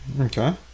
Okay